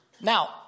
Now